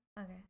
Okay